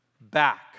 back